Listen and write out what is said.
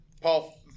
Paul